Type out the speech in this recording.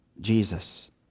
Jesus